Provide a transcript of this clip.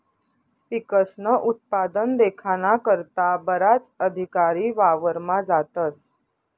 पिकस्नं उत्पादन देखाना करता बराच अधिकारी वावरमा जातस